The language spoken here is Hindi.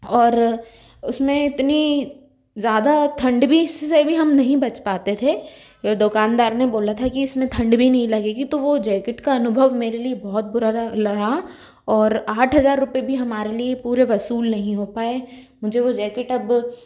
और उसमें इतनी ज़्यादा ठंड भी से भी हम नहीं बच पाते थे दुकानदार ने बोला था कि इसमें ठंड भी नहीं लगेगी तो वह जैकेट का अनुभव मेरे लिए बहुत बुरा रह लरा और आठ हज़ार रुपये भी हमारे लिए पूरे वसूल नहीं हो पाए मुझे वह जैकेट अब